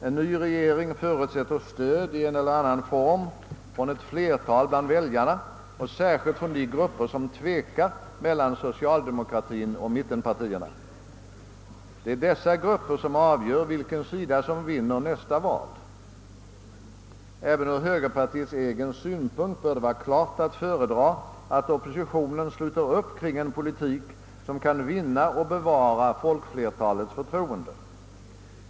En ny regering förutsätter stöd i en eller annan form från ett flertal bland väljarna och särskilt från de grupper som tvekar mellan socialdemokratien och mittenpartierna. Det är dessa grupper som avgör vilken sida som vinner nästa val. Även ur högerpartiets egen synpunkt bör det vara klart att föredra att oppositionen sluter upp kring en politik som kan vinna och bevara folkflertalets förtroende.